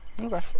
Okay